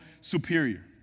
superior